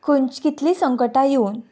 खंयचीं कितलीं संकटां येवन